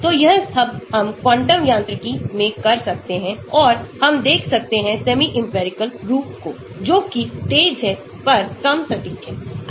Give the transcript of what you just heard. तोयह सबहम क्वांटम यांत्रिकी मेंकर सकते हैं और हमदेख सकते हैं सेमीइंपिरिकल रूपको जो कि तेज है पर कम सटीक है